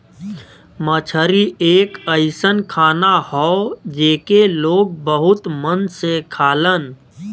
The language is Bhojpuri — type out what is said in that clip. मछरी एक अइसन खाना हौ जेके लोग बहुत मन से खालन